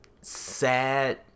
sad